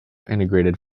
integrated